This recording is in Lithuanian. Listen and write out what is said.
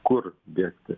kur bėgti